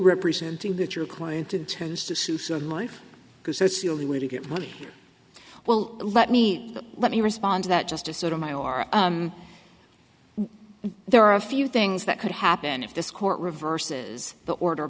representing that your client in turn has to sue certain life because that's the only way to get money well let me let me respond to that just to sort of my our there are a few things that could happen if this court reverses the order